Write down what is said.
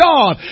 God